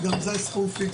גם זה סכום פיקס.